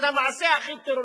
זה מעשה הכי טרוריסטי.